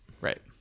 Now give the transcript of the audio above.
Right